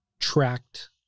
Tracked